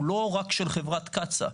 הוא לא רק של חברת קצא"א,